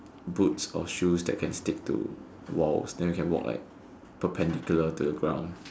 boots or shoes that can stick to walls then we can walk like perpendicular to the ground